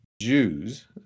Jews